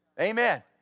Amen